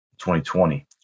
2020